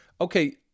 Okay